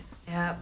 yup